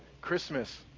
Christmas